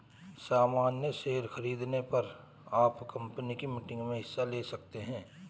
सामन्य शेयर खरीदने पर आप कम्पनी की मीटिंग्स में हिस्सा ले सकते हैं